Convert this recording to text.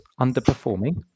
underperforming